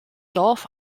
dorf